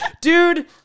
dude